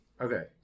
Okay